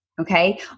Okay